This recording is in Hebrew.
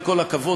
עם כל הכבוד,